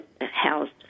housed